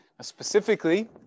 Specifically